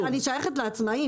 אני שייכת לעצמאים.